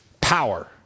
power